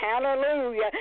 Hallelujah